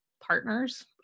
partners